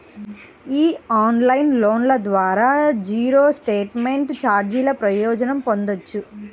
ఈ ఆన్లైన్ లోన్ల ద్వారా జీరో స్టేట్మెంట్ ఛార్జీల ప్రయోజనం పొందొచ్చు